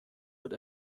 wird